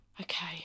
Okay